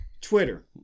Twitter